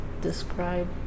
describe